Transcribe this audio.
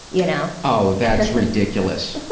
you know oh, that's ridiculous.